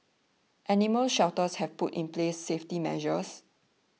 animal shelters have put in place safety measures